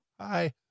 Hi